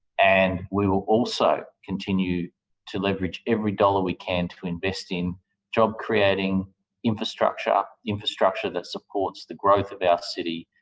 and we will also continue to leverage every dollar we can to invest in job creating infrastructure, infrastructure that supports the growth of our city,